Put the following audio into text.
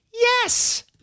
Yes